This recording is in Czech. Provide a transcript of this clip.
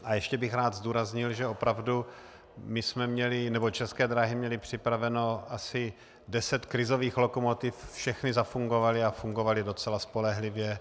A ještě bych rád zdůraznil, že opravdu České dráhy měly připraveno asi deset krizových lokomotiv, všechny zafungovaly a fungovaly docela spolehlivě.